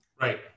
Right